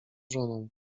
żoną